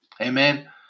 Amen